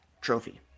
trophy